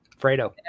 Fredo